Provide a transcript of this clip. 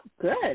good